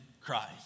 Christ